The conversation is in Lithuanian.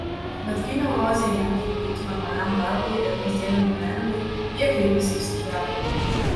bet kai neurozė ėmė trukdyti normaliam darbui ir kasdieniam gyvenimui jie kreipėsi į psichiatrą